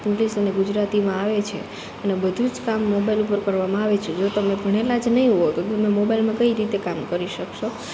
English અને ગુજરાતીમાં આવે છે અને બધું જ કામ મોબાઈલ ઉપર કરવામાં આવે છે જો તમે ભણેલા જ નહી હોવ તો તમે મોબાઇલમાં કઈ રીતે કામ કરી શકશો